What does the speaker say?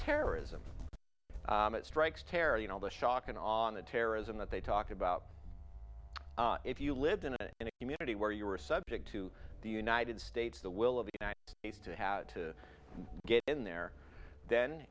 terrorism strikes terror you know the shock and on the terrorism that they talk about if you lived in a community where you were subject to the united states the will of the act to had to get in there then